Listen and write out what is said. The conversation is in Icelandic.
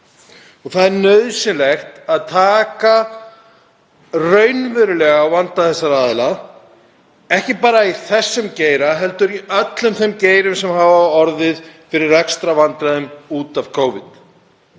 Það er nauðsynlegt að taka raunverulega á vanda þessara aðila, ekki bara í þessum geira heldur í öllum þeim geirum sem lent hafa í rekstrarvandræðum út af Covid.